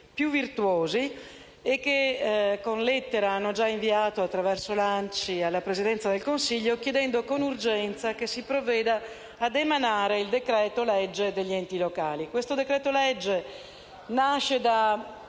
più virtuosi, che con lettera hanno già informato, attraverso l'ANCI, la Presidenza del Consiglio chiedendo con urgenza che si provveda ad emanare il decreto-legge degli enti locali. Questo decreto-legge nasce da